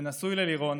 נשוי ללירון